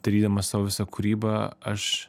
darydamas savo visą kūrybą aš